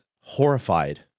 horrified